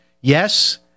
Yes